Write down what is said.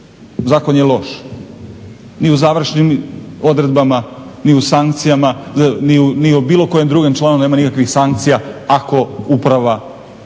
Zakon je loš. Ni u završnim odredbama ni u bilo kojem drugom članu nema nikakvih sankcija ako uprava